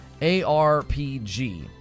ARPG